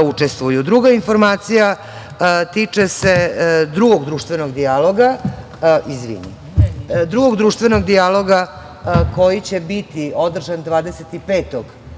informacija tiče se drugog društvenog dijaloga koji će biti održan 25. avgusta